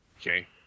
Okay